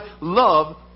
love